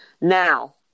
now